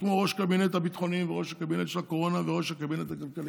הוא ראש הקבינט הביטחוני וראש הקבינט של הקורונה וראש הקבינט הכלכלי.